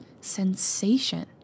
sensation